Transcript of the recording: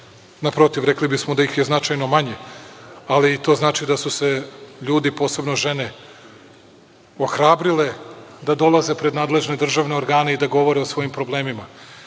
Naprotiv, rekli bismo da ih je značajno manje. Ali, to znači da su se ljudi, posebno žene ohrabrile da dolaze pred nadležne državne organe i da govore o svojim problemima.